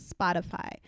spotify